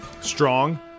strong